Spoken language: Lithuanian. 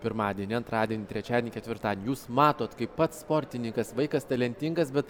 pirmadienį antradienį trečiadienį ketvirtadienį jūs matot kaip pats sportininkas vaikas talentingas bet